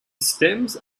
stems